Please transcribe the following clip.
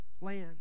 land